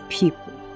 people